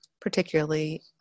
particularly